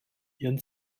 jen